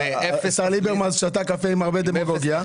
השר ליברמן שתה קפה עם הרבה דמגוגיה.